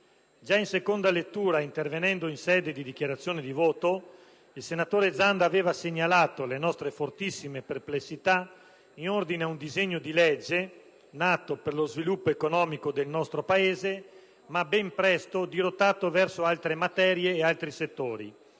Già in seconda lettura, intervenendo in sede di dichiarazione di voto, il senatore Zanda aveva segnalato le nostre fortissime perplessità in ordine ad un disegno di legge nato per lo sviluppo economico del nostro Paese, ma ben presto dirottato verso altre materie e altri settori